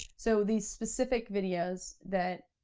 so these specific videos that,